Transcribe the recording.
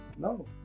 No